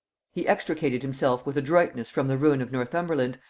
he extricated himself with adroitness from the ruin of northumberland,